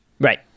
Right